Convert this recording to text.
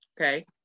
Okay